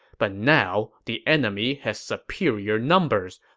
but now, the enemy has superior numbers,